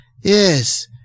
Yes